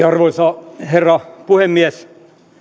arvoisa herra puhemies